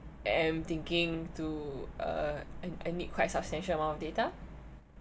I'm thinking to uh I need quite substantial amount data